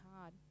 hard